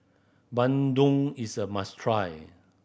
bandung is a must try